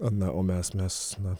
na o mes mes na